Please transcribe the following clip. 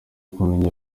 kumenya